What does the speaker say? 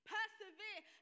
Persevere